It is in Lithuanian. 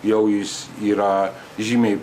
jau jis yra žymiai